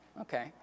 okay